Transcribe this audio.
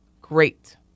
Great